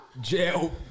jail